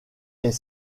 est